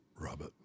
Robert